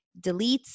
deletes